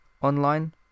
online